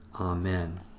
Amen